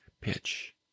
pitch